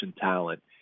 talent